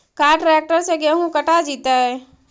का ट्रैक्टर से गेहूं कटा जितै?